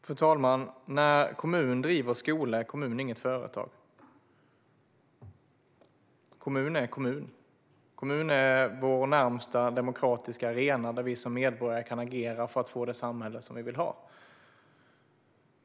Fru talman! En kommun som driver skola är inget företag. En kommun är en kommun. Kommunen är vår närmaste demokratiska arena där vi som medborgare kan agera för att få det samhälle som vi vill ha.